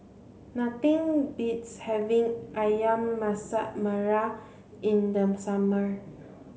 nothing beats having Ayam Masak Merah in the summer